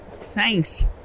thanks